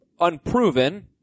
unproven